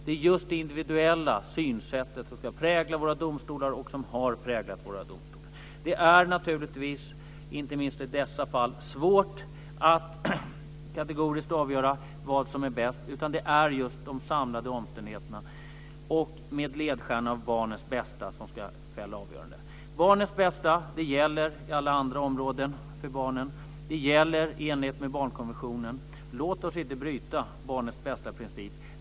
Det är just det individuella synsättet som ska prägla och som har präglat våra domstolar. Det är naturligtvis inte minst i dessa fall svårt att kategoriskt avgöra vad som är bäst utan det är de samlade omständigheterna med barnets bästa som ledstjärna som ska fälla avgörandet. Barnets bästa gäller på alla andra områden. Det gäller i enlighet med barnkonventionen. Låt oss inte bryta principen om barnets bästa.